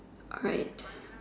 alright